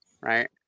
right